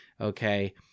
Okay